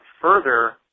further